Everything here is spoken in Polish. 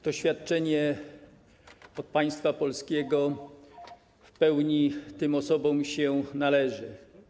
To świadczenie od państwa polskiego w pełni tym osobom się należy.